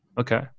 okay